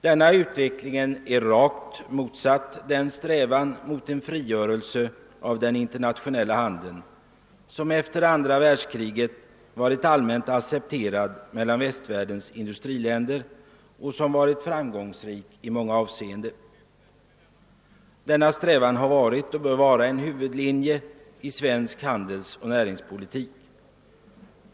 Denna utveckling är rakt motsatt den strävan mot en frigörelse av den internationeila handeln som efter andra världskriget varit allmänt accepterad mellan västvärldens industriländer och som varit framgångsrik i många avseenden. Denna strävan har varit och bör vara en huvudlinje i svensk handelsoch näringspolitik.